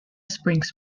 springs